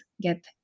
get